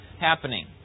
happening